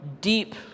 deep